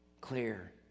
clear